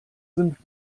sind